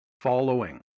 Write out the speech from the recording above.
following